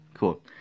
Cool